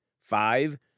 Five